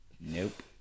Nope